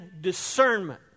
discernment